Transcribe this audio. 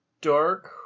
Dark